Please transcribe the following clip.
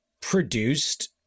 produced